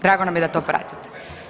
Drago nam je da to pratite.